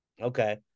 okay